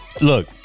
Look